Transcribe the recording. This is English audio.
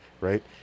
Right